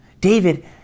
David